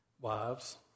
wives